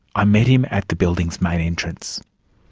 i met him at the building's main entrance.